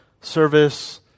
service